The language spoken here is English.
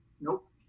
Nope